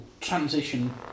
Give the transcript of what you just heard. transition